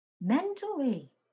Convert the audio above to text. mentally